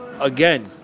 again